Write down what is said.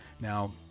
now